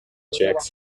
jacques